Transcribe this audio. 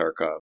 Tarkov